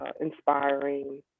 inspiring